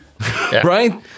Right